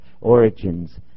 Origins